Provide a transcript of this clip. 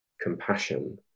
compassion